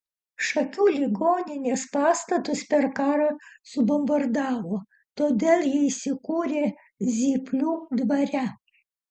šakių ligoninės pastatus per karą subombardavo todėl ji įsikūrė zyplių dvare